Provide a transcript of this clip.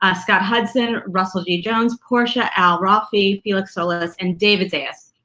ah scott hudson, russell g. jones, portia, al roffe, felix solis, and david zayas.